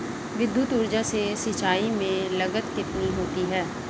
विद्युत ऊर्जा से सिंचाई में लागत कितनी होती है?